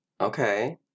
Okay